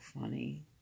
funny